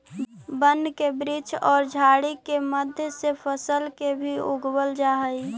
वन के वृक्ष औउर झाड़ि के मध्य से फसल के भी उगवल जा हई